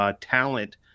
talent